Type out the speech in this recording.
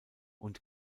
und